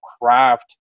craft